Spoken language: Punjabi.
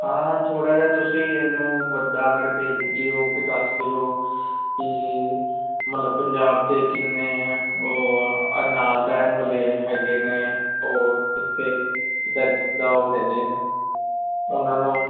ਹਾਂ ਥੋੜ੍ਹਾ ਜਿਹਾ ਤੁਸੀਂ ਇਹਨੂੰ ਵੱਡਾ ਕਰਕੇ ਲਿਖ ਦਿਓ ਅਤੇ ਦੱਸ ਦਿਓ ਕਿ ਮਤਲਬ ਪੰਜਾਬ ਦੇ ਕਿੰਨੇ ਉਹ ਨਾਲ ਰਹਿਣ ਵਾਲੇ ਹੈਗੇ ਨੇ ਉਹ ਕਿਸੇ ਦਾ ਜਿੱਦਾਂ ਉਹ ਹੈਗੇ ਨੇ ਉਹਨਾਂ ਨੂੰ